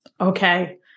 Okay